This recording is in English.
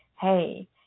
hey